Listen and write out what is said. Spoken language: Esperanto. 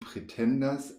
pretendas